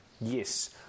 Yes